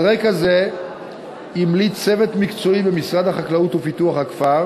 על רקע זה המליץ צוות מקצועי במשרד החקלאות ופיתוח הכפר